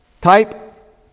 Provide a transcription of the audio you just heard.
Type